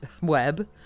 web